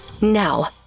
Now